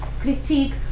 critique